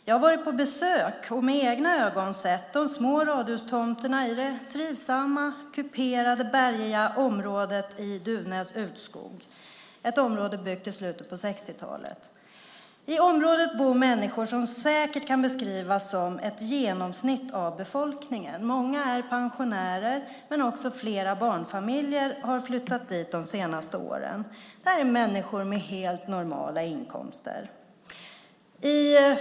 Jag har varit på besök och med egna ögon sett de små radhustomterna i det trivsamma, kuperade och bergiga området Duvnäs Utskog, som är ett område som är byggt på slutet av 60-talet. Där bor människor som säkert kan beskrivas som ett genomsnitt av befolkningen. Många är pensionärer, men också flera barnfamiljer har flyttat dit de senaste åren. Det är människor med helt normala inkomster.